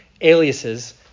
aliases